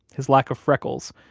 his lack of freckles,